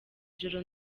joro